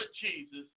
Jesus